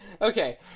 okay